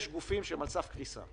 יש גופים שהם על סף קריסה.